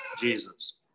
Jesus